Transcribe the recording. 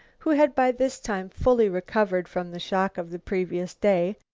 who had by this time fully recovered from the shock of the previous day,